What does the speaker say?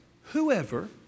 whoever